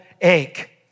ache